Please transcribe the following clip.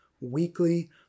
weekly